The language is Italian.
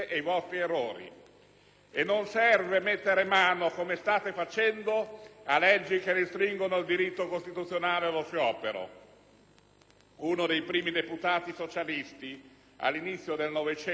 E non serve mettere mano, come state facendo, a leggi che restringono il diritto costituzionale allo sciopero. Uno dei primi deputati socialisti all'inizio del Novecento, Andrea Costa,